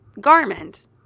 garment